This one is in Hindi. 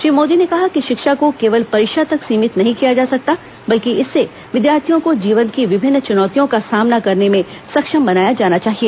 श्री मोदी ने कहा कि शिक्षा को केवल परीक्षा तक सीमित नहीं किया जा सकता बल्कि इससे विद्यार्थियों को जीवन की विभिन्न चुनौतियों का सामना करने में सक्षम बनाया जाना चाहिए